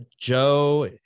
Joe